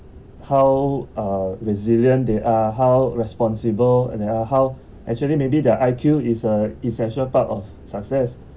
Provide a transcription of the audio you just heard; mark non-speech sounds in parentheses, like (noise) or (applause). how uh resilient they are how responsible and there are how (breath) actually maybe their I_Q is a essential part of success